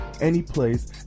anyplace